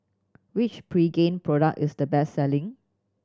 which Pregain product is the best selling